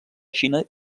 xina